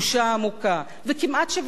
וכמעט שוויתרתי על הדברים האלה,